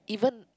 even